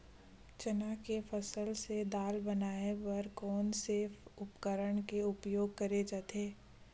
चना के फसल से दाल बनाये बर कोन से उपकरण के उपयोग करे जाथे?